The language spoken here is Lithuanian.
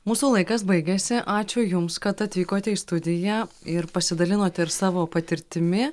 mūsų laikas baigėsi ačiū jums kad atvykote į studiją ir pasidalinote ir savo patirtimi